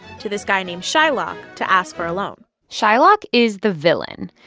to this guy named shylock to ask for a loan shylock is the villain.